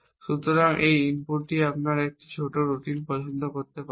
সুতরাং এই ইনপুটটি আপনি একটি ছোট রুটিন পছন্দ করতে পারেন